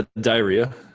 diarrhea